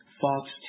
Fox